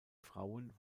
frauen